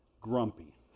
grumpy